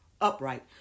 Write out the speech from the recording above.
upright